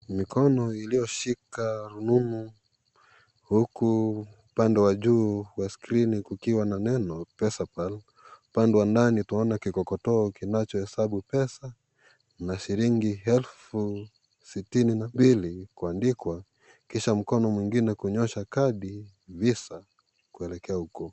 Mikono iliyoshika rununu huku upande wa juu wa skrini kukiwa na neno "Pesapal". Upande wa ndani tunaona kikokotoo kinachohesabu pesa na shilingi elfu sitini na mbili kuandikwa kisha mkono mwingine kunyosha kadi, VISA, kuelekea huko.